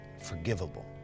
forgivable